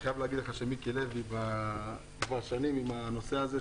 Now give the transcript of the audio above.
אני חייב להגיד לך שמיקי לוי כבר שנים בנושא הזה.